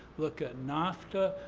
look at nafta,